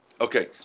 Okay